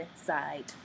inside